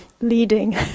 leading